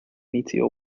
meteor